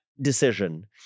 decision